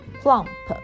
plump